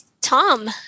Tom